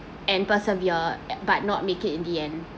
and persevere e~ but not make it in the end